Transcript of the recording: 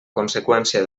conseqüència